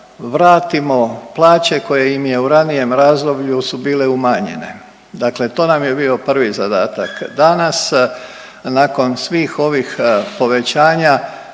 vratimo plaće koje im je u ranijem razdoblju su bile umanjenje. Dakle, to nam je bio prvi zadatak. Danas nakon svih ovih povećanja